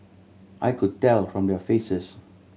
I could tell from their faces